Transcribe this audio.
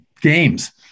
games